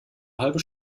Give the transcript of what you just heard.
halbe